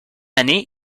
année